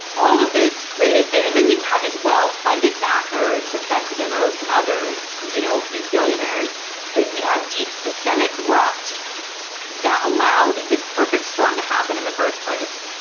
all of this created. and and then you had these well-funded backers of betsy devos and others, you know these billionaires. we have deep systemic rot that allowed this perfect storm to happen in the first place.